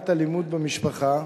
מניעת אלימות במשפחה,